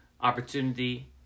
opportunity